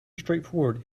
straightforward